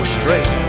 straight